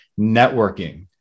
networking